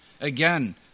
Again